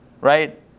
Right